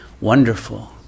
wonderful